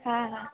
हां हां